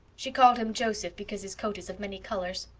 she called him joseph because his coat is of many colors.